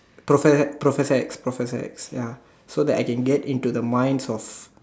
professor professor X professor X ya so that I can get into the minds of